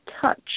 touch